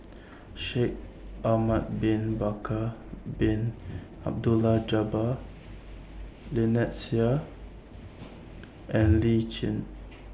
Shaikh Ahmad Bin Bakar Bin Abdullah Jabbar Lynnette Seah and Lee Tjin